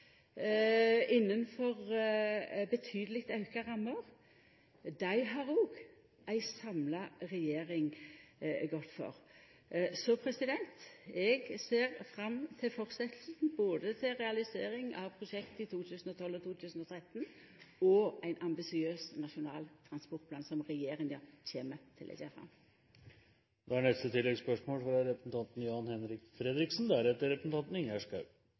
innanfor betydeleg auka rammer – har òg ei samla regjering gått for. Så eg ser fram til fortsetjinga, både til realiseringa av prosjektet i 2012 og 2013 og til ein ambisiøs Nasjonal transportplan, som regjeringa kjem til å